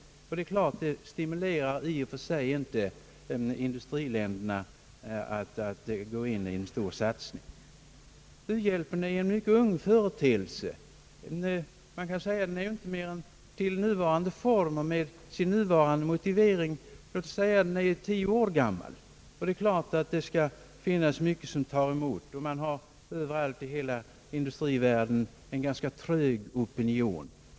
Det är klart att detta i och för sig inte stimulerar industriländerna att satsa. U-hjälpen är en mycket ung företeelse, till sin nuvarande form och moltivering inte mer än ett tiotal år gammal, och det är klart att det kan finnas mycket som tar emot. Det finns överallt i hela industrivärlden en ganska trög opinion.